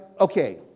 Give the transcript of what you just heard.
okay